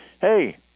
hey